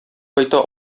кайта